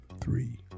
three